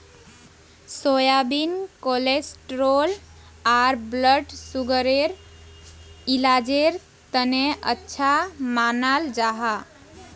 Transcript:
soybean cholesterol आर blood सुगरर इलाजेर तने अच्छा मानाल जाहा